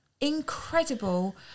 incredible